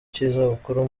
cy’izabukuru